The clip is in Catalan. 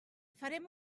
farem